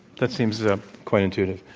that seems ah quite intuitive.